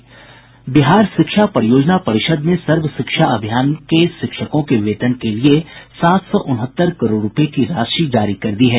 बिहार शिक्षा परियोजना परिषद् ने सर्व शिक्षा अभियान के शिक्षकों के वेतन के लिए सात सौ उनहत्तर करोड़ रुपये की राशि जारी कर दी है